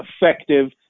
effective